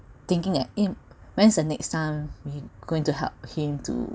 thinking at eh when's the next time we going to help him to